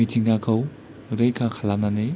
मिथिंगाखौ रैखा खालामनानै